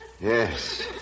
yes